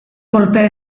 kolpe